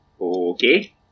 Okay